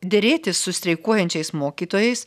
derėtis su streikuojančiais mokytojais